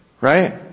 Right